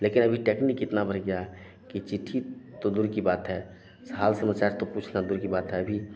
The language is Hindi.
लेकिन अभी टेक्निक इतना बढ़ गया है कि चिट्ठी तो दूर की बात है हाल समाचार तो पूछना दूर की बात है अभी